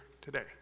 today